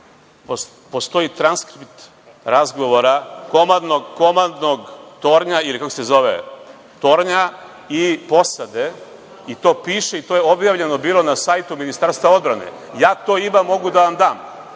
Postoji transkript razgovora komandnog tornja ili kako se zove tornja i posade. To piše i to je objavljeno bilo na sajtu Ministarstva odbrane. Ja to imam. Mogu da vam dam.